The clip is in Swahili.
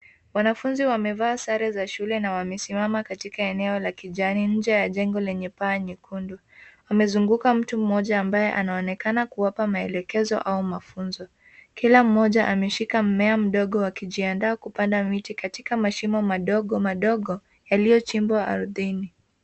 Wanafunzi wamevaa sare za shule na wamesimama katika eneo la kijani nje ya jengo lenye paa nyekundu, wamezunguka mtu amabaye anaonekana kuwapa maelekezo au mafunzo kila mmoja ameshika mmea mdogo wakijiadaa kupanda miti katika mashimo madogo madogo yaliyo chimbwa ardhini.